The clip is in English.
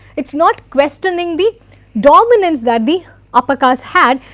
it is not questioning the dominance that the upper caste had.